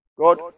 God